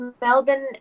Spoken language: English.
Melbourne